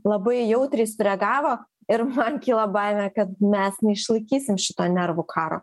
labai jautriai sureagavo ir man kyla baimė kad mes neišlaikysim šito nervų karo